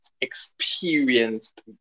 experienced